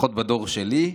לפחות בדור שלי,